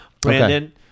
Brandon